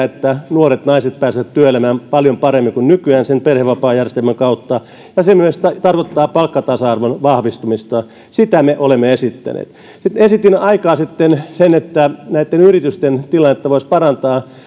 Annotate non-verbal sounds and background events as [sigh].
[unintelligible] että nuoret naiset pääsevät työelämään paljon paremmin kuin nykyään sen perhevapaajärjestelmän kautta se myös tarkoittaa palkkatasa arvon vahvistumista sitä me olemme esittäneet sitten esitin aikaa sitten että yritysten tilannetta voisi parantaa